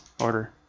order